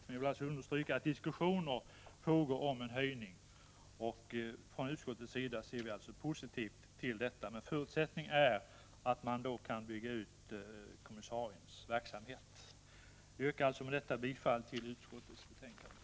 Men jag vill understryka att diskussioner om en höjning pågår, och från utskottets sida ser vi positivt på detta. Men förutsättningen är att man kan bygga ut flyktingkommissariens verksamhet. Jag yrkar med detta bifall till utskottets hemställan.